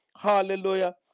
Hallelujah